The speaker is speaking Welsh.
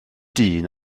dyn